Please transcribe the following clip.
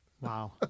Wow